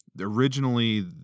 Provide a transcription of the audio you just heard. originally